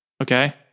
Okay